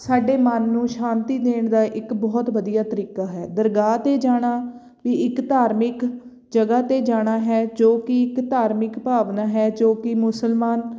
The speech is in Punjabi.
ਸਾਡੇ ਮਨ ਨੂੰ ਸ਼ਾਂਤੀ ਦੇਣ ਦਾ ਇੱਕ ਬਹੁਤ ਵਧੀਆ ਤਰੀਕਾ ਹੈ ਦਰਗਾਹ 'ਤੇ ਜਾਣਾ ਵੀ ਇੱਕ ਧਾਰਮਿਕ ਜਗ੍ਹਾ 'ਤੇ ਜਾਣਾ ਹੈ ਜੋ ਕਿ ਇੱਕ ਧਾਰਮਿਕ ਭਾਵਨਾ ਹੈ ਜੋ ਕਿ ਮੁਸਲਮਾਨ